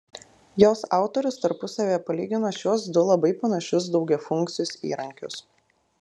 jos autorius tarpusavyje palygina šiuos du labai panašius daugiafunkcius įrankius